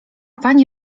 pani